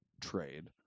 trade